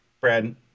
Brad